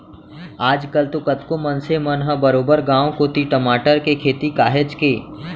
आज कल तो कतको मनसे मन ह बरोबर गांव कोती टमाटर के खेती काहेच के